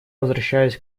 возвращаюсь